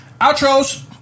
Outros